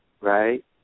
right